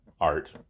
art